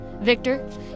Victor